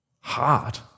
hard